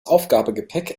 aufgabegepäck